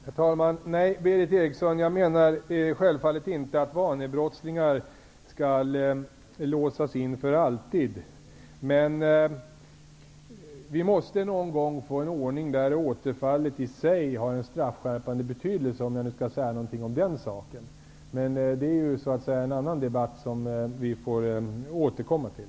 Herr talman! Nej, Berith Eriksson, jag menar självfallet inte att vanebrottslingar skall låsas in för alltid. Men vi måste någon gång få en ordning där återfallet i sig har en straffskärpande betydelse -- om jag nu skall säga någonting om den saken. Det är en annan debatt som vi får återkomma till.